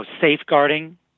safeguarding